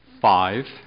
five